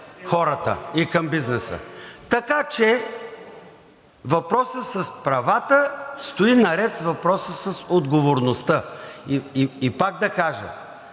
хората и към бизнеса. Така че въпросът с правата стои наред с въпроса за отговорността. И пак да кажа,